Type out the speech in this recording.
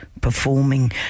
performing